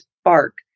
spark